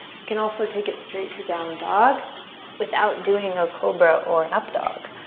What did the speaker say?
you can also take it straight to down dog without doing a cobra or an up dog.